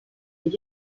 les